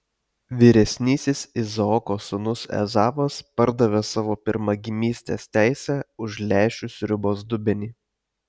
vyresnysis izaoko sūnus ezavas pardavė savo pirmagimystės teisę už lęšių sriubos dubenį